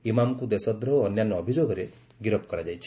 ଇମାମଙ୍କୁ ଦେଶଦ୍ରୋହ ଓ ଅନ୍ୟାନ୍ୟ ଅଭିଯୋଗରେ ଗିରଫ କରାଯାଇଛି